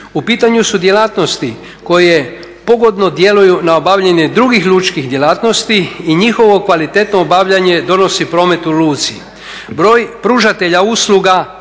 U pitanju su djelatnosti koje pogodno djeluju na obavljanje drugih lučkih djelatnosti i njihovo kvalitetno obavljanje donosi promet u luci. Broj pružatelja usluga